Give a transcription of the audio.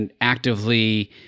actively